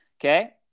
okay